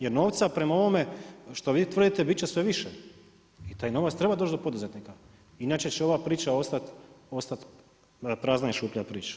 Jer novca prema ovome što vi tvrdite bit će sve više i taj novac treba doći do poduzetnika inače će ova priča ostati prazna i šuplja priča.